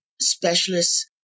Specialists